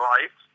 Life